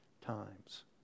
times